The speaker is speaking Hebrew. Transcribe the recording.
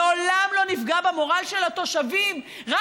לעולם לא נפגע במורל של התושבים רק